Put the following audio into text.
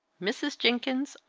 mrs. jenkins,